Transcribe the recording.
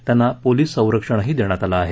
त्यांना पोलिस संरक्षणही देण्यात आलं आहे